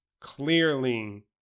clearly